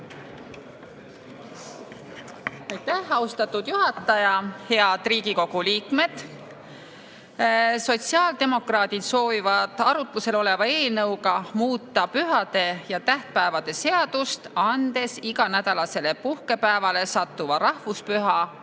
austatud juhataja! Head Riigikogu liikmed! Sotsiaaldemokraadid soovivad arutlusel oleva eelnõuga muuta pühade ja tähtpäevade seadust, andes iganädalasele puhkepäevale sattuva rahvuspüha